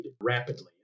rapidly